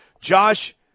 Josh